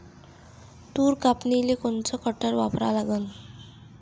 तूर कापनीले कोनचं कटर वापरा लागन?